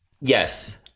Yes